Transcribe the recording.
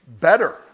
better